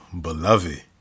beloved